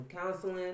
counseling